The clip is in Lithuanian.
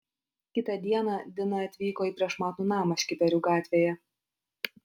kitą dieną dina atvyko į prašmatnų namą škiperių gatvėje